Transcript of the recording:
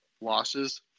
losses